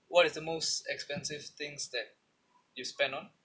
what is the most expensive things that you spend on